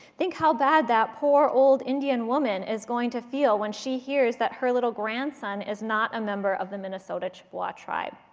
think how bad that poor, old indian woman is going to feel when she hears that her little grandson is not a member of the minnesota chippewa tribe.